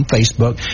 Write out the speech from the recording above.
Facebook